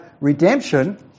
redemption